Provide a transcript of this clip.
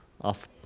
off